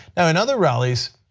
and another rallies,